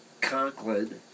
Conklin